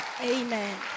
Amen